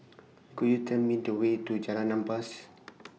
Could YOU Tell Me The Way to Jalan Ampas